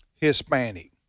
Hispanic